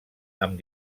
amb